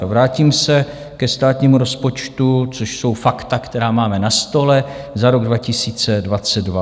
Vrátím se ke státnímu rozpočtu, což jsou fakta, která máme na stole, za rok 2022.